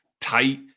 tight